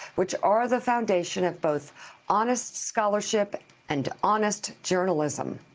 which are the foundation of both honest scholarship and honest journalism.